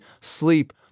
sleep